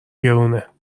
گرونه